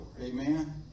Amen